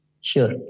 Sure